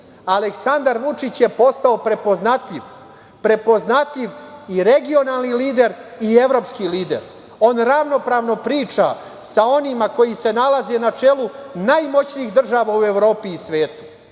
region. Aleksandar Vučić je postao prepoznatljiv, prepoznatljiv i regionalni lider i evropski lider. On ravnopravno priča sa onima koji se nalaze na čelu najmoćnijih država u Evropi i svetu.